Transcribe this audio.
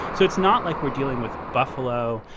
so it's not like we're dealing with buffalo,